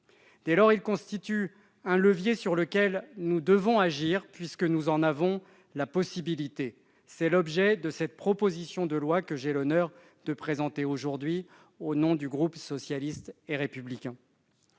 Ils constituent donc un levier sur lequel nous devons agir, puisque nous en avons la possibilité. C'est l'objet de la proposition de loi que j'ai l'honneur de présenter, au nom du groupe socialiste et républicain.